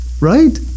right